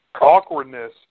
awkwardness